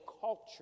culture